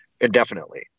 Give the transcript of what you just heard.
indefinitely